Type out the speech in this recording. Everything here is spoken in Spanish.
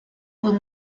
fue